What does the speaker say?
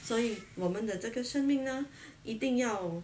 所以我们的这个生命呢一定要